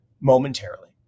momentarily